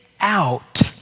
out